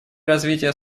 развития